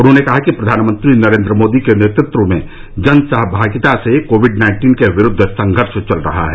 उन्होंने कहा कि प्रधानमंत्री नरेंद्र मोदी के नेतृत्व में जन सहभागिता से कोविड नाइन्टीन के विरूद्व संघर्ष चल रहा है